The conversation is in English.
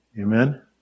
Amen